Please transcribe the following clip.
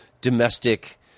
domestic